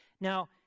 Now